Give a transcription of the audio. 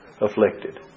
afflicted